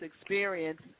experience